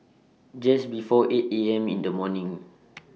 Just before eight A M in The morning